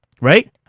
right